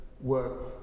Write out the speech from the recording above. works